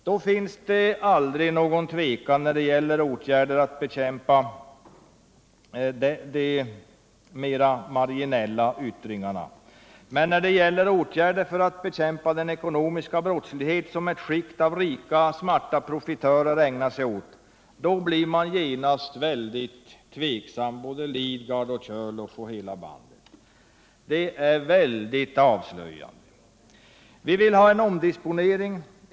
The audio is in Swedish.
Det finns aldrig någon tvekan när det gäller att bekämpa de mera marginella yttringarna, men när det gäller åtgärder för att bekämpa den ekonomiska brottslighet som ett skikt av rika, smarta profitörer ägnar sig åt blir man genast tveksam — både Bertil Lidgard och Björn Körlof och hela bandet. Det är mycket avslöjande. Vi vill ha en omdisponering.